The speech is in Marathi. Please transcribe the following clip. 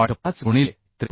5 गुणिले 53